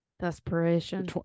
Desperation